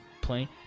playing